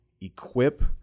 equip